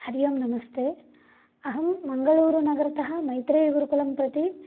हरि ओम् नमस्ते अहं मङ्गलूरुनगरतः मैत्रेयीगुरुकुलं प्रति